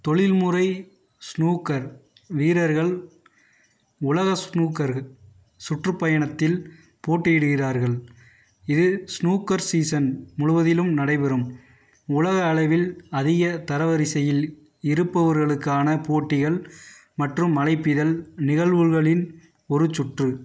தொழில்முறை ஸ்னூக்கர் வீரர்கள் உலக ஸ்னூக்கர் சுற்றுப்பயணத்தில் போட்டியிடுகிறார்கள் இது ஸ்னூக்கர் சீசன் முழுவதிலும் நடைபெறும் உலக அளவில் அதிக தரவரிசையில் இருப்பவர்களுக்கான போட்டிகள் மற்றும் அழைப்பிதல் நிகழ்வுகளின் ஒரு சுற்று